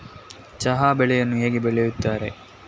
ಚಹಾ ಬೆಳೆಯನ್ನು ಹೇಗೆ ಬೆಳೆಯುತ್ತಾರೆ?